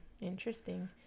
Interesting